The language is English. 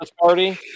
party